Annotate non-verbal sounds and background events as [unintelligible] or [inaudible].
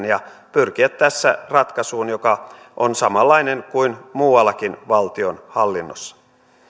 [unintelligible] ja pyrkiä tässä ratkaisuun joka on samanlainen kuin muuallakin valtionhallinnossa